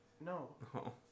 No